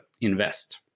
invest